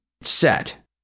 Set